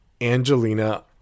Angelina